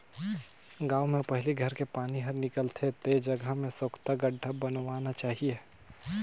गांव में पहली घर के पानी हर निकल थे ते जगह में सोख्ता गड्ढ़ा बनवाना चाहिए